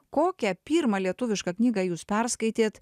kokią pirmą lietuvišką knygą jūs perskaitėt